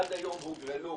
עד היום הוגרלו